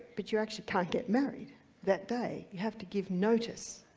but you actually can't get married that day. you have to give notice,